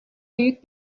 büyük